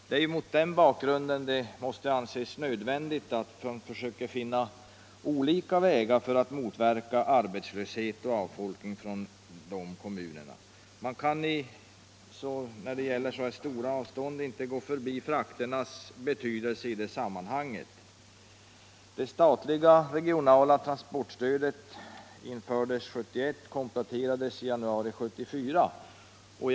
Det är mot den bakgrunden det måste anses nödvändigt att försöka finna olika vägar för att motverka arbetslöshet och avfolkning i dessa kommuner. Man kan när det gäller så här stora avstånd inte gå förbi frakternas betydelse i sammanhanget. Det statliga regionala fraktstödet infördes 1971 och kompletterades i januari 1974.